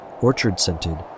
orchard-scented